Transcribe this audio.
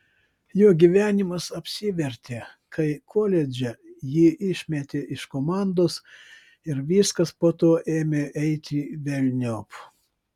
jo gyvenimas apsivertė kai koledže jį išmetė iš komandos ir viskas po to ėmė eiti velniop